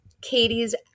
Katie's